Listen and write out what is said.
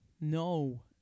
No